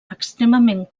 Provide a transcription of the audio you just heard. extremament